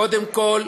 קודם כול,